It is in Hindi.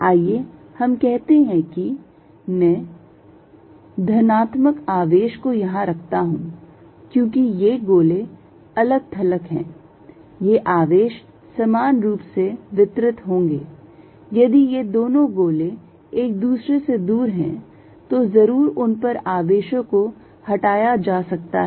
आइए हम कहते हैं कि मैं धनात्मक आवेश को यहां रखता हूं क्योंकि ये गोले अलग थलग हैं ये आवेश समान रूप से वितरित होंगे यदि ये दोनों गोले एक दूसरे से दूर हैं तो जरूर उन पर आवेशों को हटाया जा सकता है